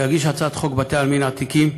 להגיש הצעת חוק בתי-עלמין עתיקים,